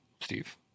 Steve